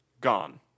gone